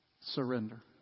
surrender